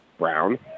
Brown